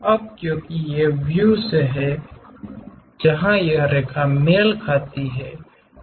अब क्योंकि ये व्यू से हैं जहा यह रेखा मेल खाती है